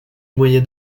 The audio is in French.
moyen